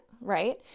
right